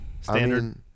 Standard